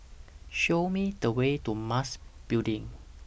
Show Me The Way to Mas Building